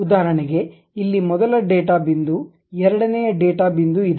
ಉದಾಹರಣೆಗೆ ಇಲ್ಲಿ ಮೊದಲ ಡೇಟಾ ಬಿಂದು ಎರಡನೇ ಡೇಟಾ ಬಿಂದು ಇದೆ